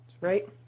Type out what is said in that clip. right